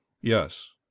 yes